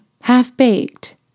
half-baked